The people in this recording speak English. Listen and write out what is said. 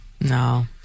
No